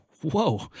Whoa